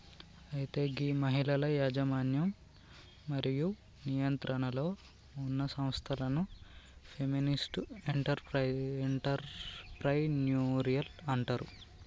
అయితే గీ మహిళల యజమన్యం మరియు నియంత్రణలో ఉన్న సంస్థలను ఫెమినిస్ట్ ఎంటర్ప్రెన్యూరిల్ అంటారు